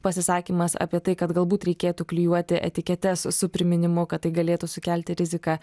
pasisakymas apie tai kad galbūt reikėtų klijuoti etiketes su priminimu kad tai galėtų sukelti riziką